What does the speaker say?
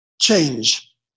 change